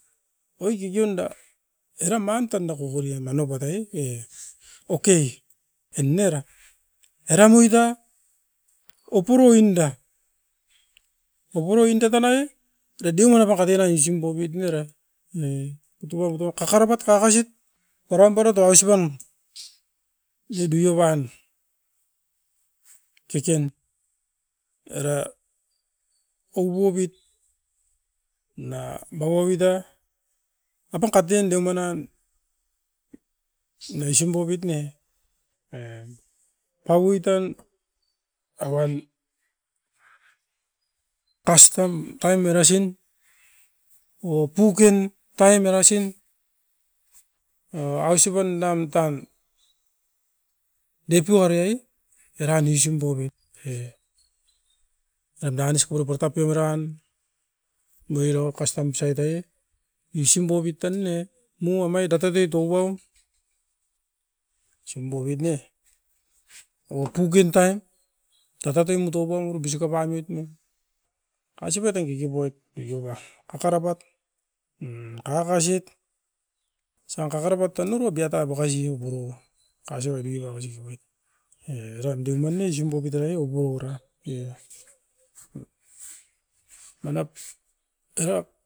Oi kikion da, eram man tan dako kokorio nano batai e, okei enn era. Era muita, opuru inda. Opuru inda tan ai, redi wanapa katen ai usim popit niera e itu paui ro kakare pat kakasit era parout o ausipan osa dui'ovan. Keken, era oubobit na maua bi ta, apan katen deoman nan naisim bobit ne. E paui tan a uam astam taim erasin o pukin taim erasin o ausipan dam tan. Depuare ai, eran usim boubit e danis kurapa tapiom eran muiro kastam sait ai, usim boubit tan ne mu amai da totit ou au, usim boubit ne oua pukin taim, tatatoi motoba uru gusik o paimit ne. Ausipat ai kikipoit kakara pat mm kaka kasit, osan kakaripat tan uru biata bakasi upuru kasi oriba osipoit e eran deuman ne usim bopit era e oupio ora. E manap, era